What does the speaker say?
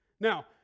Now